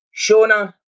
Shona